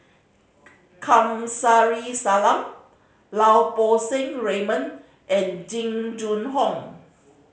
Kamsari Salam Lau Poo Seng Raymond and Jing Jun Hong